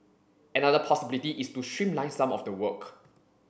another possibility is to streamline some of the work